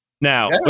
Now